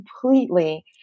completely